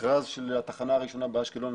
מכרז של התחנה הראשונה באשקלון,